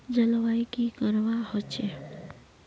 जलवायु की करवा होचे?